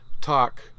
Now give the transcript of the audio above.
talk